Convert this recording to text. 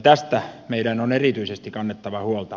tästä meidän on erityisesti kannettava huolta